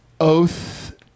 Oath